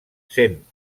sent